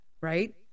right